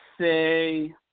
say